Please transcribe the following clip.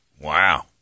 Wow